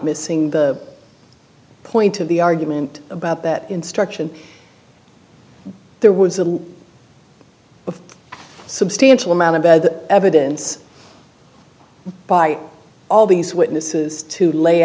missing the point of the argument about that instruction there was a substantial amount of bad evidence by all these witnesses to lay